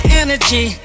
energy